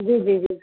جی جی جی